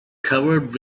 covered